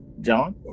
John